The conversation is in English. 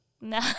No